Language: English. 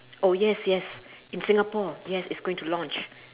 oh yes yes in singapore yes it's going to launch